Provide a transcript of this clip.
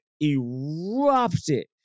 erupted